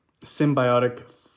symbiotic